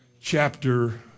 chapter